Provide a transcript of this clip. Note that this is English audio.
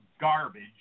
garbage